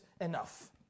enough